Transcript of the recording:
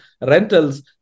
rentals